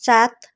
सात